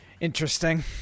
Interesting